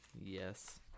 Yes